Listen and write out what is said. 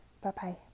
Bye-bye